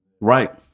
Right